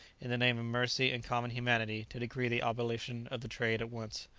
in the name of mercy and common humanity, to decree the abolition of the trade at once.